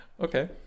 Okay